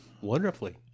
Wonderfully